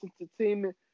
entertainment